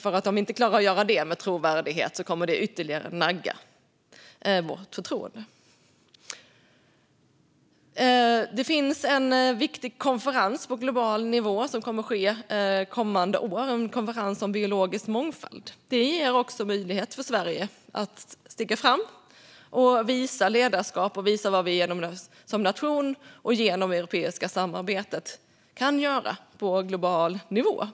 Om vi inte klarar det kommer det ytterligare att nagga på vårt förtroende. Det finns en viktig konferens på global nivå som kommer att ske kommande år, en konferens om biologisk mångfald. Det ger också möjlighet för Sverige att stiga fram, visa ledarskap och visa vad vi som nation och genom det europeiska samarbetet kan göra på global nivå.